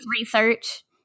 research